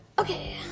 Okay